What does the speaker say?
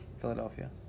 Philadelphia